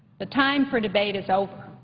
the time for debate is over.